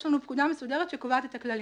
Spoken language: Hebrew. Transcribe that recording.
יש לנו פקודה מסודרת שקובעת את הכללים.